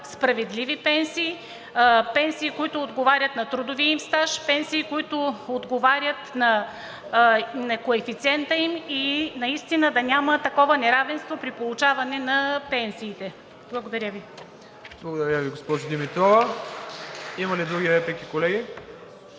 справедливи пенсии, пенсии, които отговарят на трудовия им стаж, пенсии, които отговарят на коефициента им, и наистина да няма такова неравенство при получаване на пенсиите. Благодаря Ви. ПРЕДСЕДАТЕЛ МИРОСЛАВ ИВАНОВ: Благодаря Ви, госпожо Димитрова. Има ли други реплики, колеги?